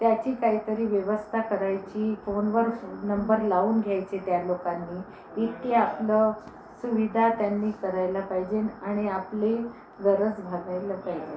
त्याची काहीतरी व्यवस्था करायची फोनवर नंबर लावून घ्यायचे त्या लोकांनी इतकी आपलं सुविधा त्यांनी करायला पाहिजे आणि आपली गरज भागायला पाहिजे